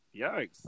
Yikes